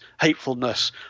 hatefulness